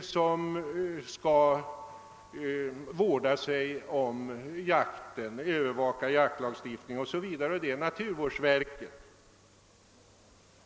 som skall vårda sig om jakten, övervaka jaktlagstiftning o.s.v., d.v.s. naturvårdsverket.